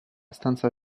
stanza